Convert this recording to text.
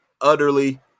utterly